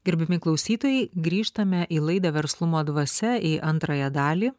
gerbiami klausytojai grįžtame į laidą verslumo dvasia į antrąją dalį